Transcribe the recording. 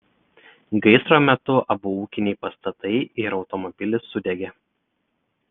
gaisro metu abu ūkiniai pastatai ir automobilis sudegė